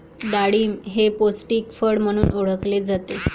डाळिंब हे पौष्टिक फळ म्हणून ओळखले जाते